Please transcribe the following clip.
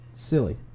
silly